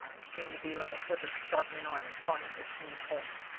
it seemed to be like a butcher's sharpening iron fined to a keen point.